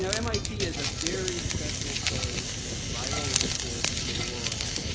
you know mit is a very special place. it's a vital resource to the world.